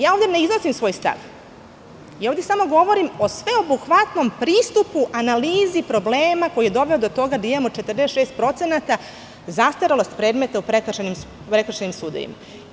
Ja ovde ne iznosim svoj stav, ja ovde samo govorim o sveobuhvatnom pristupu analizi problema koji je doveo do toga da imamo 46% zastarelost predmeta u prekršajnim sudovima.